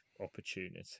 opportunity